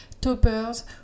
toppers